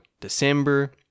December